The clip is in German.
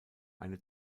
eine